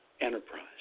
enterprise